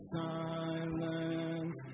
silence